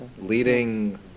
leading